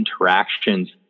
interactions